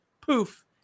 poof